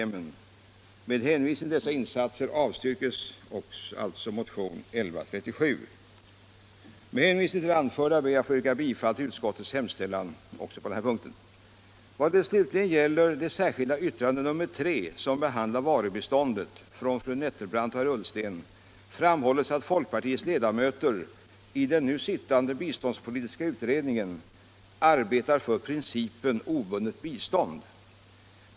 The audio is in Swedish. Med åberopande av det anförda ber jag att få yrka bifall till utskottets hemställan även på denna punkt. I det särskilda yttrandet nr 3 —- som behandlar varubiståndet — av fru Nettelbrandt och herr Ullsten framhålls slutligen att folkpartiets ledamöter i den nu sittande biståndspolitiska utredningen arbetar för principen obundet bistånd.